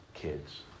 kids